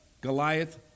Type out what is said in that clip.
Goliath